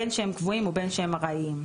בין שהם קבועים ובין שהם ארעיים,